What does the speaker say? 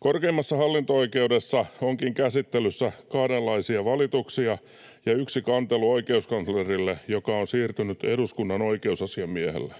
Korkeimmassa hallinto-oikeudessa onkin käsittelyssä kahdenlaisia valituksia ja oikeuskanslerille yksi kantelu, joka on siirtynyt eduskunnan oikeusasiamiehelle.